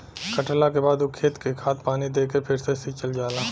कटला के बाद ऊ खेत के खाद पानी दे के फ़िर से सिंचल जाला